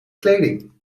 kleding